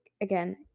again